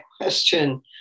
question